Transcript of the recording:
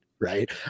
right